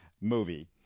movie